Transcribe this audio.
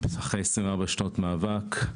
אחרי 24 שנות מאבק,